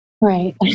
Right